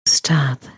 Stop